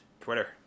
Twitter